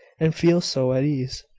and feel so at ease!